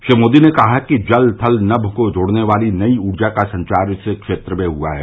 श्री मोदी ने कहा कि जल थल नभ को जोड़ने वाली नई ऊर्जा का संचार इस क्षेत्र में हुआ है